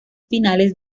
finales